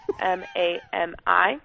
M-A-M-I